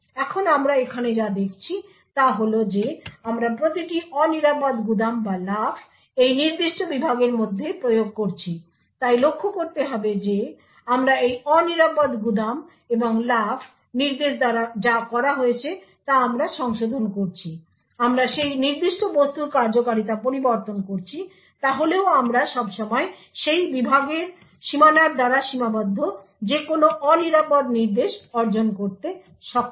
এখন আমরা এখানে যা দেখছি তা হল যে আমরা প্রতিটি অনিরাপদ গুদাম বা লাফ এই নির্দিষ্ট বিভাগের মধ্যে প্রয়োগ করছি তাই লক্ষ্য করতে হবে যে আমরা এই অনিরাপদ গুদাম এবং লাফ নির্দেশ দ্বারা যা করা হয়েছে তা আমরা সংশোধন করছি আমরা সেই নির্দিষ্ট বস্তুর কার্যকারিতা পরিবর্তন করছি তাহলেও আমরা সবসময় সেই বিভাগের সীমানার দ্বারা সীমাবদ্ধ যে কোনো অনিরাপদ নির্দেশ অর্জন করতে সক্ষম